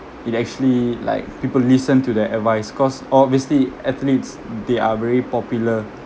it actually like people listen to their advice cause obviously athletes they are very popular